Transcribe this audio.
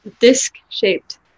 disc-shaped